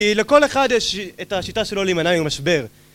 לכל אחד יש את השיטה שלו להימנע ממשבר